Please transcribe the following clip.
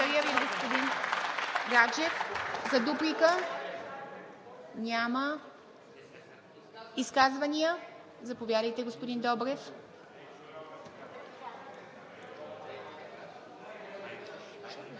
Благодаря Ви, господин Гаджев. Дуплика? Няма. Изказвания? Заповядайте, господин Добрев.